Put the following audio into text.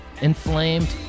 Inflamed